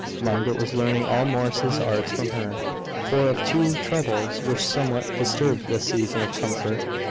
margaret was learning all morris's arts from her for, of two troubles which somewhat disturbed this season of comfort,